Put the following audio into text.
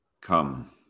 Come